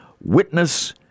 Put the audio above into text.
witness